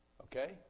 Okay